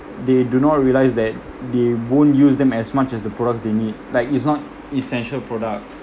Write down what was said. they do not realise that they won't use them as much as the products they need like its not essential product